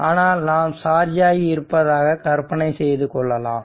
ஆனால் நாம் சார்ஜ் ஆகி இருப்பதாக கற்பனை செய்து கொள்ளலாம்